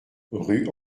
rue